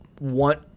want